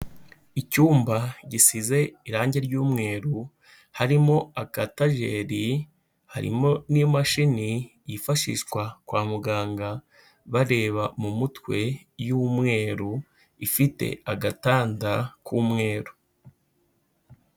Icyumba gisize irangi ry'umweru, harimo agatajeri, harimo n'imashini yifashishwa kwa muganga bareba mu mutwe y'umweru, ifite agatanda k'umweru.